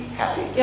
happy